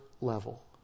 level